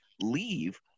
leave